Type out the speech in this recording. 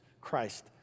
Christ